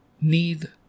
need